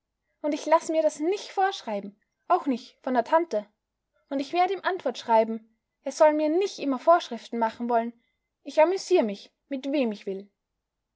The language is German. und ich laß mir das nich vorschreiben auch nich von der tante und ich werd ihm antwort schreiben er soll mir nich immer vorschriften machen wollen ich amüsier mich mit wem ich will